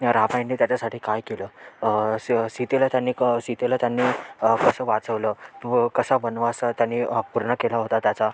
रामायणाने त्याच्यासाठी काय केलं सी सीतेला त्यांनी क सीतेला त्यांनी कसं वाचवलं व कसा वनवास त्यांनी पूर्ण केला होता त्याचा